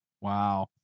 Wow